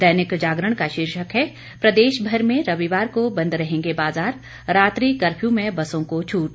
दैनिक जागरण का शीर्षक है प्रदेशमर में रविवार को बंद रहेंगे बाजार रात्रि कफर्यू में बसों को छूट